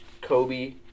Kobe